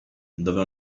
dove